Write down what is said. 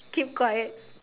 keep quiet